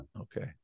Okay